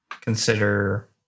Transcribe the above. consider